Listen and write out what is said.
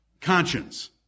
Conscience